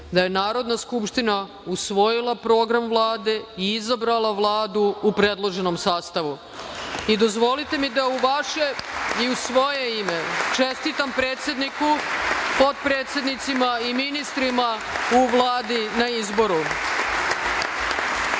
da je Narodna skupština usvojila Program Vlade i izabrala Vladu u predloženom sastavu. Dozvolite mi da u vaše i u svoje ime čestitam predsedniku, potpredsednicima i ministrima u Vladi na izboru. Sada